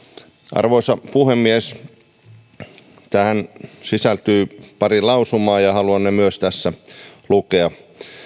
arvoisa puhemies tähän sisältyy pari lausumaa ja haluan ne myös tässä lukea